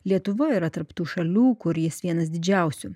lietuva yra tarp tų šalių kur jis vienas didžiausių